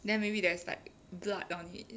then maybe there's like blood on it